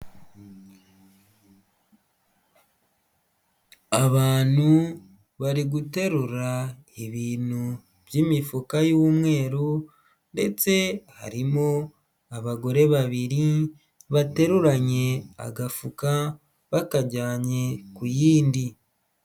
Abantu bari guterura ibintu by'imifuka y'umweru, ndetse harimo abagore babiri bateruranye agafuka bakajyanye ku yindi.